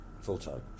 Full-time